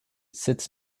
sits